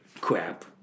crap